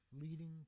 leading